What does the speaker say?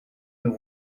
nos